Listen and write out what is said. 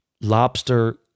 lobster